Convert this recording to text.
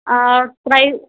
try